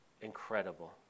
Incredible